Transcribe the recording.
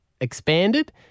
Expanded